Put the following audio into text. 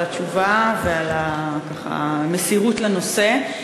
על התשובה ועל המסירות לנושא.